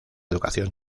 educación